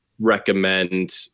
recommend